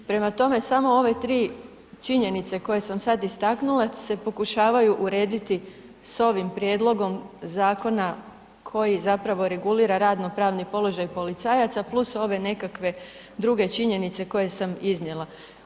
Prema tome, samo ove tri činjenice koje sam sad istaknula, se pokušavaju urediti s ovim Prijedlogom Zakona koji zapravo regulira radno-pravni položaj policajaca, plus ove nekakve druge činjenice koje sam iznijela.